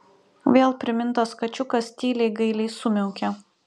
vėl primintas kačiukas tyliai gailiai sumiaukė